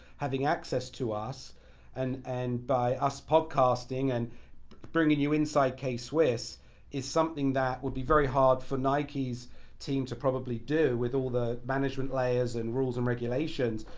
having access to us and and by us podcasting and bringing you inside k-swiss is something that would be very hard for nike's team to probably do, with all the management layers and rules and regulations.